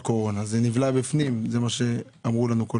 קודם כול, האם יש כוונה לתגבר את המערך הזה?